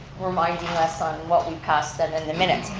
reminding us on what we passed them in a minute,